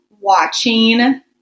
watching